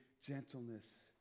gentleness